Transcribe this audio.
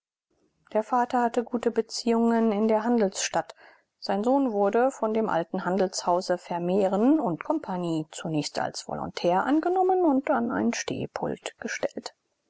der vater hatte gute beziehungen in der handelsstadt sein sohn wurde von dem alten handelshause vermehren u comp zunächst als volontär angenommen und an ein stehpult gestellt